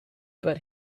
but